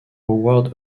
howard